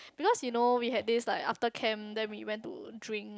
because you know we had this like after camp then we went to drink